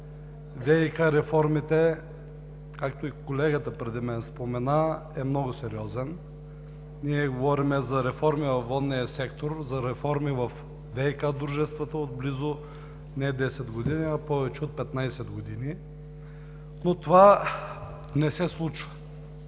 ВиК реформите, както и колегата преди мен спомена, е много сериозен. Ние говорим за реформи във водния сектор, за реформи във ВиК дружествата от близо не 10 години, а повече от 15 години, но това не се случва.